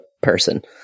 person